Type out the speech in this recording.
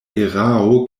erao